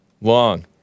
long